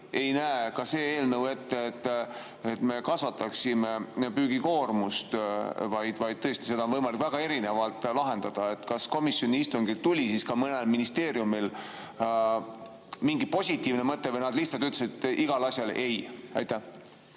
ei näe ette, et me kasvataksime püügikoormust, vaid tõesti seda on võimalik väga erinevalt lahendada. Kas komisjoni istungil tuli mõnel ministeeriumil ka mingi positiivne mõte või nad lihtsalt ütlesid igale asjale ei? Suur